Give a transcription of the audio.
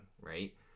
right